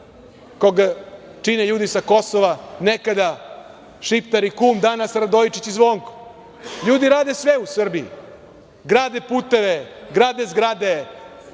kog čine ljudi sa Kosova nekada Šiptar i Kum danas Radojčić i Zvonko. Ljudi rade sve u Srbiji. Grade puteve, grade zgrade,